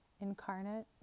incarnate